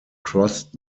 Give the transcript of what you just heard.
crossed